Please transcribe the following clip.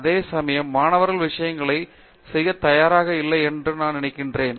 அதேசமயம் எங்கள் மாணவர்கள் விஷயங்களைச் செய்யத் தயாராக இல்லை என்று நான் நினைக்கிறேன்